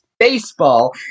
baseball